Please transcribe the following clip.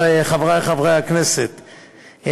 חברי חברי הכנסת,